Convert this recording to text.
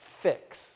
fix